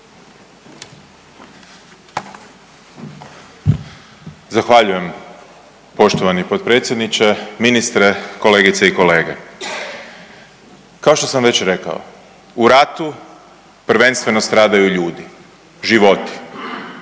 Zahvaljujem poštovani potpredsjedniče, ministre, kolegice i kolege. Kao što sam već rekao, u ratu prvenstveno stradaju ljudi, životi,